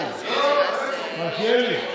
מלכיאלי?